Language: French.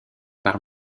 par